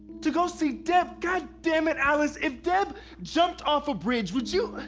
to go see deb? god damn it alice! if deb jumped off a bridge, would you?